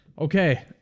okay